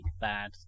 bad